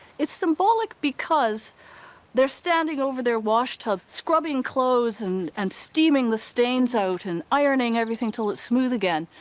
it's symbolic because they're standing over their wash tub scrubbing clothes and and steaming the stains out and ironing everything till it's smooth again,